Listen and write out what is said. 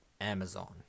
Amazon